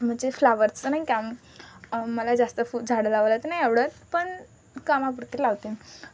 म्हणजे फ्लावरचं नाही का मला जास्त फु झाडं लावायला तर नाही आवडत पण कामापुरती लावते